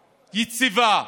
יציבה.